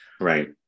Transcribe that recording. right